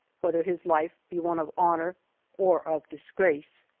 whether his life be one of honor or of disgrace.